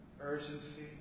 urgency